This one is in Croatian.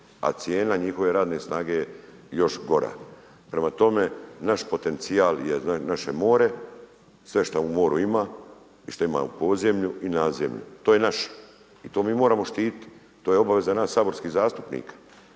A cijena njihove radne snage je još gora. Prema tome, naš potencijal je naše more, sve što u moru ima i šta ima u podzemlju i nadzemlju. To je naš i to mi moramo štititi, to je obaveza nas saborskih zastupnika,